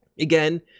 Again